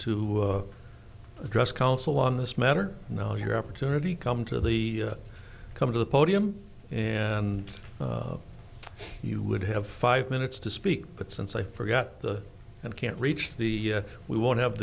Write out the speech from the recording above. to address counsel on this matter know your opportunity come to the come to the podium and you would have five minutes to speak but since i forgot the and can't reach the we won't have